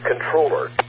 controller